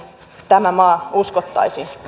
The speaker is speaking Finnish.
tämä maa uskottaisiin